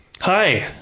Hi